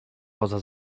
poza